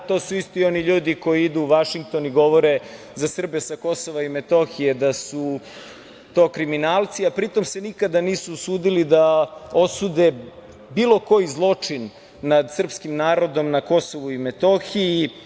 To su isti oni ljudi koji idu u Vašington i govore za Srbe sa Kosova i Metohije da su kriminalci, a pri tome se nikada nisu usudili da osude bilo koji zločin nad srpskim narodom na Kosovu i Metohiji.